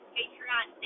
Patreon